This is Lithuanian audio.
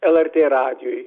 lrt radijui